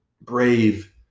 Brave